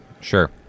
Sure